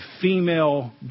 female